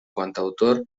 cantautor